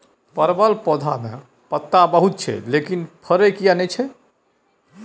परवल पौधा में पत्ता बहुत छै लेकिन फरय किये नय छै?